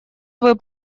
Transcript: свой